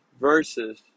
versus